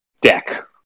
deck